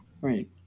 Right